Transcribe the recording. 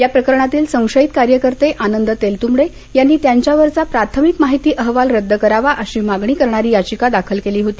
या प्रकरणातील संशयित कार्यकर्ते आनंद तेलतुंबडे यांनी त्यांच्यावरचा प्राथमिक माहिती अहवाल रद्द करावा अशी मागणी करणारी याचिका दाखल केली होती